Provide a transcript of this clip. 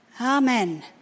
Amen